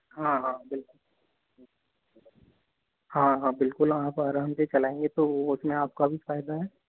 हाँ हाँ बिल्कुल हाँ हाँ बिल्कुल आप आराम से चलाएँगे तो उसमें आपका भी फायदा है